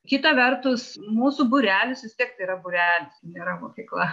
kita vertus mūsų būrelis vis tiek tai yra būrelis nėra mokykla